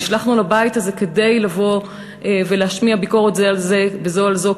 נשלחנו לבית הזה כדי לבוא ולהשמיע ביקורת זה על זה וזו על זו,